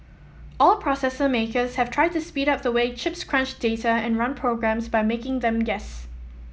all processor makers have tried to speed up the way chips crunch data and run programs by making them guess